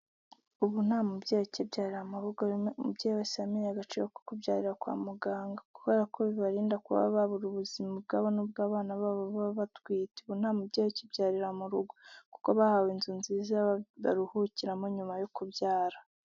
Ubu nta mubyeyi ukibyarira mu rugo, umubyeyi wese yamenye agaciro ko kubyarira kwa muganga kubera ko bibarinda kuba babura ubuzima ubwabo n'ubw'abana babo baba batwite, ubu nta mubyeyi ukibyarira mu rugo, kuko bahawe inzu nziza baruhukiramo nyuma yo kubyara.